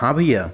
हाँ भैया